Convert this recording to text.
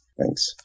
Thanks